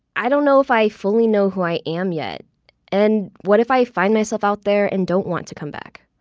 i don't know if i fully know who i am yet and what if i find myself out there and don't want to come back?